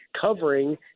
covering